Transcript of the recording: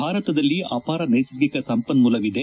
ಭಾರತದಲ್ಲಿ ಅಪಾರ ನೈಸರ್ಗಿಕ ಸಂಪನ್ನೂಲ ಇದೆ